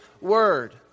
word